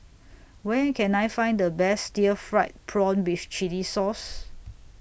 Where Can I Find The Best Stir Fried Prawn with Chili Sauce